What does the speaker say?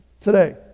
today